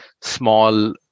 small